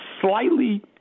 slightly